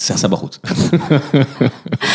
‫סע, סע בחוץ